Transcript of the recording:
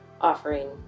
offering